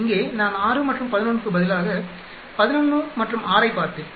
இங்கே நான் 6 மற்றும் 11 க்கு பதிலாக 11 மற்றும் 6 ஐப் பார்ப்பேன்